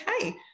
okay